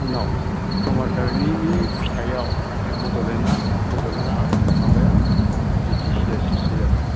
उनाव सोमावसारनायनि फिथाइयाव बे बडले'ण्डआ बड'लेण्डआ माबाया बिटिसिया स्रिसथि जादों